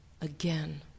again